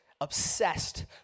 Obsessed